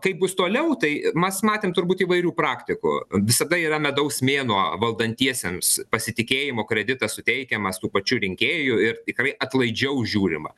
kaip bus toliau tai mes matėm turbūt įvairių praktikų visada yra medaus mėnuo valdantiesiems pasitikėjimo kreditas suteikiamas tų pačių rinkėjų ir tikrai atlaidžiau žiūrima